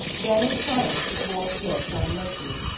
then in triumph the dwarf looked on loki.